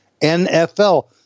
NFL